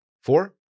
four